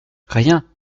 rien